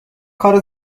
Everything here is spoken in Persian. کار